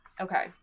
Okay